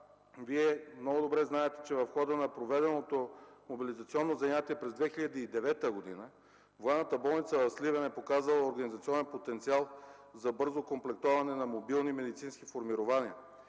Вие много добре знаете, че в хода на проведеното мобилизационно занятие през 2009 г. Военната болница в Сливен е показала организационен потенциал за бързо комплектоване на мобилни медицински формирования.